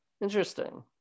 interesting